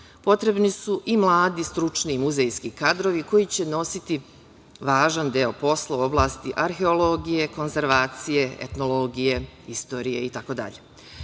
potrebni su i mladi stručni muzejski kadrovi koje će nositi važan deo posla u oblasti arheologije, konzervacije, etnologije, istorije, itd.